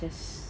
just